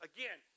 Again